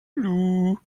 loup